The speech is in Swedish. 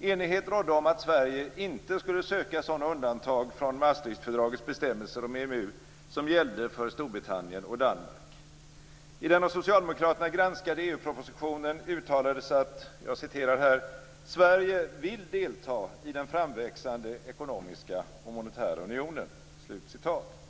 Enighet rådde om att Sverige inte skulle söka sådana undantag från Maastrichtfördragets bestämmelser om EMU som gällde för Storbritannien och Danmark. I den av socialdemokraterna granskade EU-propositionen uttalades att "Sverige vill delta i den framväxande ekonomiska och monetära unionen."